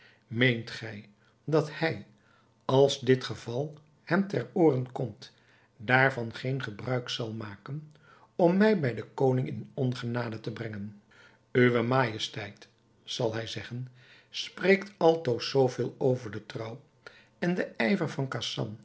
meent gij dat hij als dit geval hem ter ooren komt daarvan geen gebruik zal maken om mij bij den koning in ongenade te brengen uwe majesteit zal hij zeggen spreekt altoos zoo veel over de trouw en den ijver van khasan